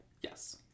Yes